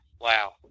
Wow